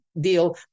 deal